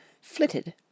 flitted